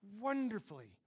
wonderfully